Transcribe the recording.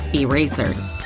erasers,